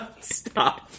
stop